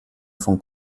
von